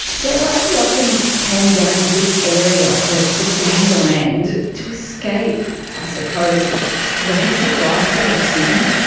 brett whiteley often came down to this area for for days on end. to escape i suppose the hectic lifestyle of sydney.